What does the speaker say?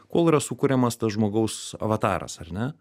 kol yra sukuriamas tas žmogaus avataras ar ne